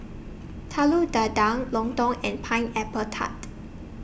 Telur Dadah Lontong and Pineapple Tart